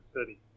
City